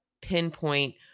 pinpoint